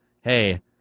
Hey